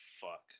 fuck